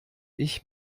ich